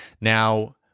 Now